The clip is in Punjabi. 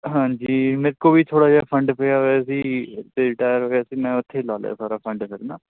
ਹਾਂਜੀ ਮੇਰੇ ਕੋਲ ਵੀ ਥੋੜ੍ਹਾ ਜਿਹਾ ਫੰਡ ਪਿਆ ਹੋਇਆ ਸੀ ਅਤੇ ਰਿਟਾਇਰ ਹੋ ਗਿਆ ਸੀ ਮੈਂ ਉੱਥੇ ਲਾ ਲਿਆ ਸਾਰਾ ਫੰਡ ਫਿਰ ਨਾ